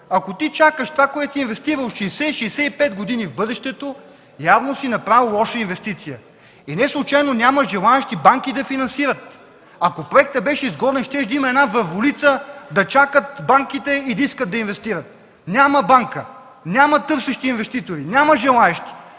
Ако ти чакаш това, което си инвестирал, 60-65 години в бъдещето, явно си направил лоша инвестиция. Неслучайно няма желаещи банки да финансират. Ако проектът беше изгоден, щеше да има една върволица – да чакат банките и да искат да инвестират. Няма банка, няма търсещи инвеститори, няма желаещи!